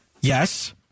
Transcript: Yes